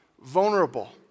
Vulnerable